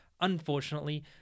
Unfortunately